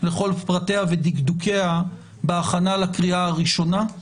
לכל פרטיה ודקדוקיה בהכנה לקריאה הראשונה.